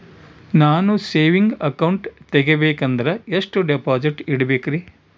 ನಾನು saving account ತೆಗಿಬೇಕಂದರ ಎಷ್ಟು ಡಿಪಾಸಿಟ್ ಇಡಬೇಕ್ರಿ?